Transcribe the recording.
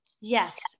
Yes